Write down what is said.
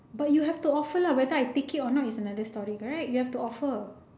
but you have to offer lah whether I take it or not is another story correct you have to offer